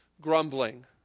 grumbling